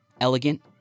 elegant